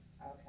Okay